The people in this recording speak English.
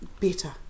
better